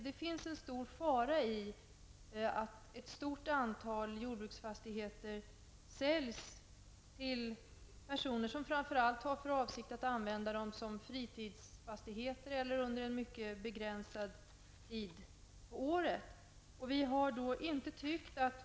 Det ligger en stor fara i att ett stort antal jordbruksfastigheter säljs till personer som främst har för avsikt att använda dem som fritidsfastigheter eller under en mycket begränsad tid på året.